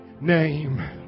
name